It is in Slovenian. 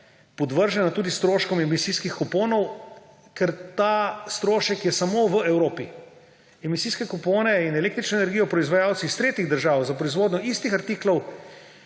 podvržena tudi stroškom emisijskih kuponov, ker ta strošek je samo v Evropi. Emisijske kupone in električno energijo proizvajalci iz tretjih držav za proizvodnjo istih artiklov